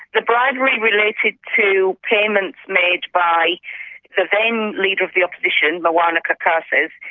the bribery related to payments made by the then leader of the opposition, moana carcasses,